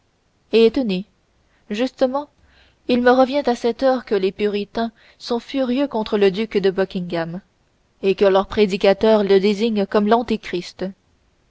et tenez justement il me revient à cette heure que les puritains sont furieux contre le duc de buckingham et que leurs prédicateurs le désignent comme l'antéchrist